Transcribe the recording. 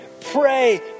Pray